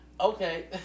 Okay